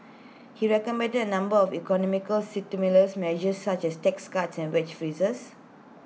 he recommended A number of economic stimulus measures such as tax cuts and wage freezes